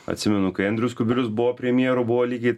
atsimenu kai andrius kubilius buvo premjeru buvo lygiai